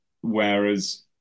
whereas